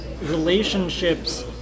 relationships